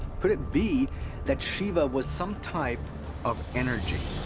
could it be that shiva was some type of energy?